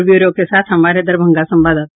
और ब्यूरो के साथ हमारे दरभंगा संवाददाता